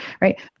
right